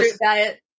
diet